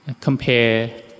compare